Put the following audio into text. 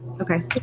okay